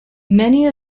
many